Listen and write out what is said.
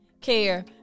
care